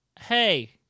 hey